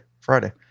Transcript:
Friday